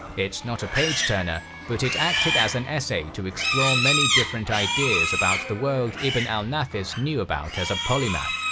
it's not a page-turner, but it acted as an essay to explore many different ideas about the world ibn al-nafis knew about as a polymath.